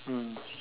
mm